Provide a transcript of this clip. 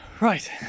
Right